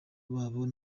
babo